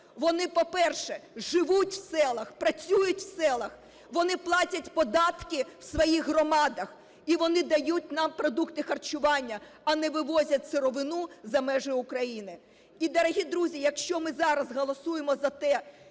вони, по-перше, живуть в селах, працюють в селах, вони платять податки в своїх громадах і вони дають нам продукти харчування, а не вивозять сировину за межі України. І, дорогі друзі, якщо ми зараз голосуємо за те,